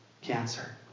Cancer